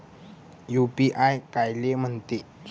UPI कायले म्हनते?